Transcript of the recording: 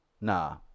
Nah